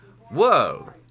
Whoa